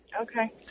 okay